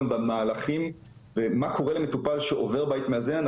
במהלים ומה קורה למטופל שעובר בית מאזן,